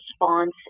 response